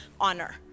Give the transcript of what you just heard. honor